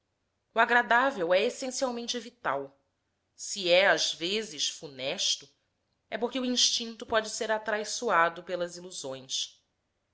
o agradável é essencialmente vital se é às vezes funesto é porque o instinto pode ser atraiçoado pelas ilusões